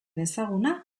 ezaguna